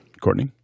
Courtney